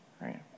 right